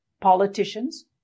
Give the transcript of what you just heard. politicians